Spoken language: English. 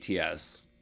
ATS